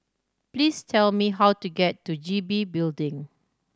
please tell me how to get to G B Building